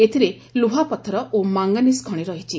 ଏଥିରେ ଲୁହାପଥର ଓ ମାଙ୍ଗାନିଜ ଖଶି ରହିଛି